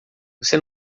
você